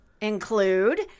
include